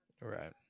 Right